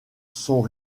sont